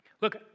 Look